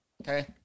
Okay